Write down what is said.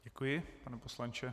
Děkuji, pane poslanče.